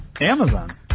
Amazon